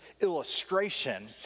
illustration